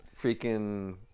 freaking